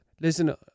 Listen